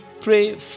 pray